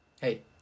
Hey